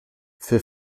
für